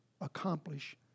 accomplish